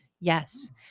Yes